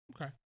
Okay